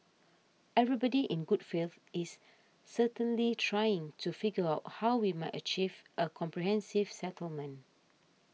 everybody in good faith is certainly trying to figure out how we might achieve a comprehensive settlement